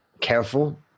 careful